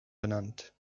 benannt